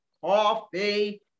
coffee